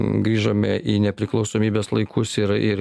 grįžome į nepriklausomybės laikus ir ir